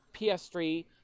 PS3